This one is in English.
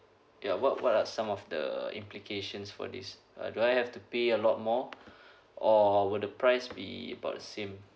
ya what what are some of the implications for this uh do I have to pay a lot more or will the price be about the same